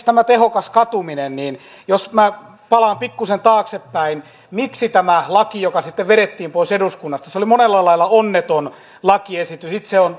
tämä tehokas katuminen jos minä palaan pikkuisen taaksepäin niin miksi tämä laki joka sitten vedettiin pois eduskunnasta se oli monella lailla onneton lakiesitys itse olen